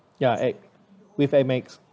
ya at with amex